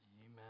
Amen